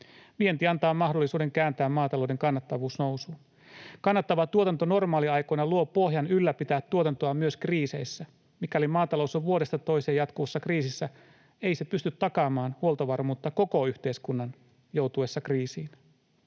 Vienti antaa mahdollisuuden kääntää maatalouden kannattavuus nousuun. Kannattava tuotanto normaaliaikoina luo pohjan ylläpitää tuotantoa myös kriiseissä. Mikäli maatalous on vuodesta toiseen jatkuvassa kriisissä, ei se pysty takaamaan huoltovarmuutta koko yhteiskunnan joutuessa kriisiin.